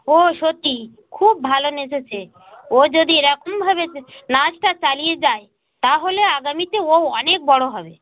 ও সত্যি খুব ভালো নেচেছে ও যদি এরকমভাবে নাচটা চালিয়ে যায় তাহলে আগামীতে ও অনেক বড়ো হবে